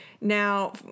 now